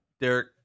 Derek